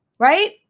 right